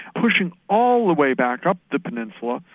pushing all the way back up the peninsula,